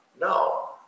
No